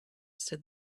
said